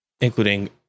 including